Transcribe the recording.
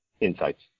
insights